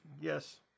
Yes